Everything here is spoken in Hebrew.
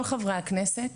כל חברי הכנסת